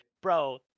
Bro